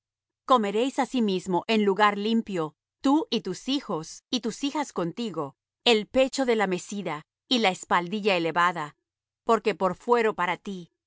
comeréis asimismo en lugar limpio tú y tus hijos y tus hijas contigo el pecho de la mecida y la espaldilla elevada porque por fuero para ti